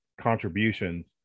contributions